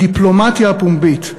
הדיפלומטיה הפומבית,